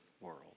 world